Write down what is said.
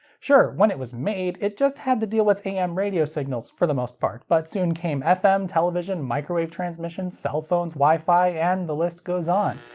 sure, when it was made, it just had to deal with am radio signals for the most part, but soon came fm, television, microwave transmissions, cell phones, wifi, and the list goes on.